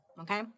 okay